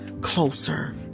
closer